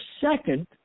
second